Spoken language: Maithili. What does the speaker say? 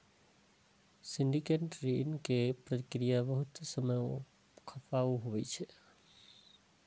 सिंडिकेट ऋण के प्रक्रिया बहुत समय खपाऊ होइ छै